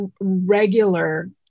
regular